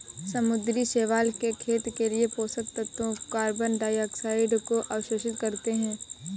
समुद्री शैवाल के खेत के लिए पोषक तत्वों कार्बन डाइऑक्साइड को अवशोषित करते है